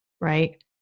right